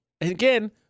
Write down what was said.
again